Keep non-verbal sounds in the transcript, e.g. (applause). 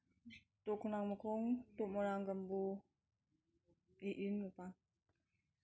ꯇꯣꯞ ꯈꯣꯡꯅꯥꯡꯃꯈꯣꯡ ꯇꯣꯞ ꯃꯣꯏꯔꯥꯡꯀꯝꯄꯨ (unintelligible)